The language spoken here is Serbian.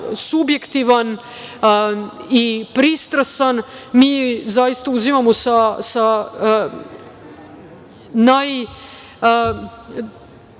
subjektivan i pristrasan, mi zaista uzimamo sa pažnjom